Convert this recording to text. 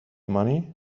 money